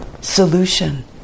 solution